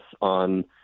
on